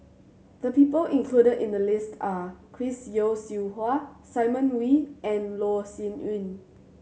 the people included in the list are Chris Yeo Siew Hua Simon Wee and Loh Sin Yun